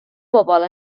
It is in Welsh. bobl